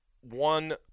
one